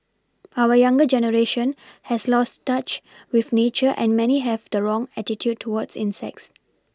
our younger generation has lost touch with nature and many have the wrong attitude towards insects